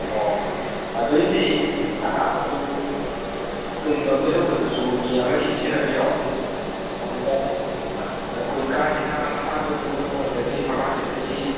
ꯑꯣ ꯑꯗꯨꯏꯗꯤ ꯑꯅꯥꯕꯗꯨ ꯇꯨꯝꯕ ꯀꯩꯗꯧꯕꯗꯁꯨ ꯃꯤ ꯑꯃꯗꯤ ꯁꯦꯟꯅꯕꯤꯔꯣ ꯑꯗꯨꯒ ꯑꯩꯈꯣꯏ ꯀꯥ ꯍꯦꯟꯅ ꯃꯥꯁꯥꯁ ꯇꯧꯕꯤꯔꯨꯒꯅꯨ ꯑꯗꯒꯤ ꯐꯥꯔꯃꯥꯁꯤꯗꯒꯤ